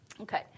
Okay